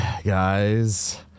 guys